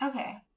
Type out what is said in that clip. Okay